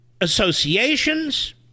associations